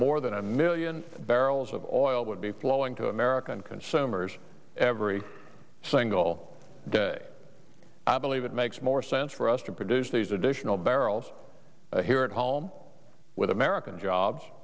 more than a million barrels of oil would be flowing to american consumers every single day i believe it makes more sense for us to produce these additional barrels here at home with american jobs